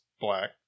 black